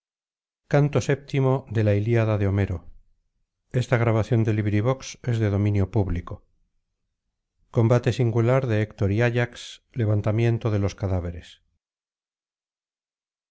combate singular de héctor y ayax levantamiento de los cadáveres